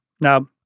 Now